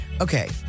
okay